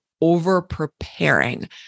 over-preparing